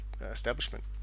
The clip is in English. establishment